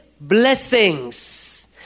blessings